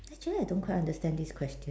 actually I don't quite understand this question